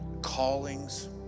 callings